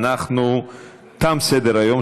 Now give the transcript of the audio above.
תם סדר-היום,